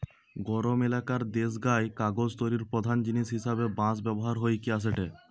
গরম এলাকার দেশগায় কাগজ তৈরির প্রধান জিনিস হিসাবে বাঁশ ব্যবহার হইকি আসেটে